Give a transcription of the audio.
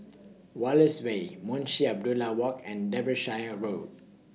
Wallace Way Munshi Abdullah Walk and Derbyshire Road